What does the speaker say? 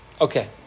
Okay